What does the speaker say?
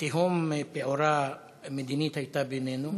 תהום מדינית הייתה פעורה בינינו,